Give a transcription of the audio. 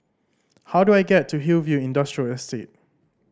how do I get to Hillview Industrial Estate